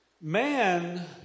Man